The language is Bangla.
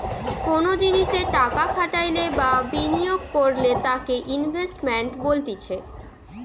কোনো জিনিসে টাকা খাটাইলে বা বিনিয়োগ করলে তাকে ইনভেস্টমেন্ট বলতিছে